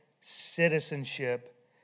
citizenship